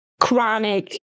chronic